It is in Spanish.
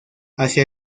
hacia